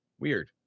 weird